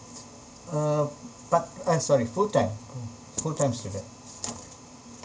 uh part uh sorry full time full time student